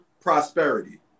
prosperity